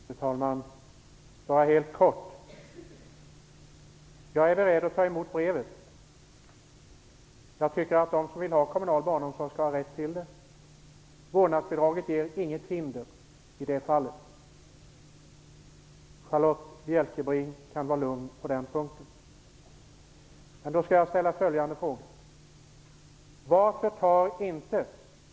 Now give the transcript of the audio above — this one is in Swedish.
Fru talman! Jag skall fatta mig kort. Jag är beredd att ta emot brevet. Jag tycker att de som vill ha kommunal barnomsorg skall ha rätt till det. Vårdnadsbidraget är inget hinder i det fallet. Charlotta Bjälkebring kan vara lugn på den punkten.